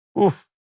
Oof